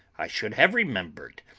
i should have remembered.